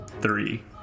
Three